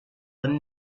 were